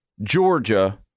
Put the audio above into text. Georgia